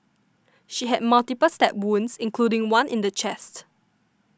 she had multiple stab wounds including one in the chest